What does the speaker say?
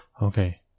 okay.